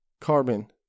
carbon